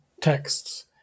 texts